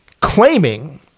claiming